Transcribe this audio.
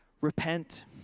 repent